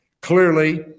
Clearly